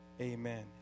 amen